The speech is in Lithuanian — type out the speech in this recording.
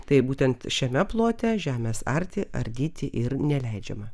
taip būtent šiame plote žemės arti ardyti ir neleidžiama